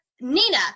Nina